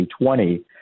2020